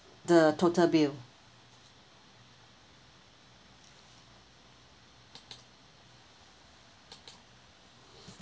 the total bill